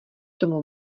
tomu